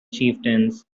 chieftains